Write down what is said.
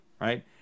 right